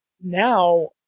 now